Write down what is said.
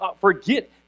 forget